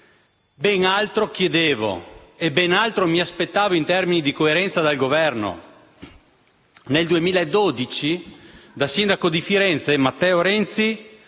Ben altro chiedevo e ben altro mi aspettavo in termini di coerenza dal Governo. Nel 2012, da sindaco di Firenze, Matteo Renzi